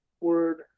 word